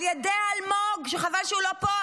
על ידי אלמוג, שחבל שהוא לא פה.